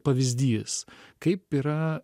pavyzdys kaip yra